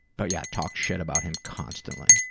but yeah talk shit about him constantly,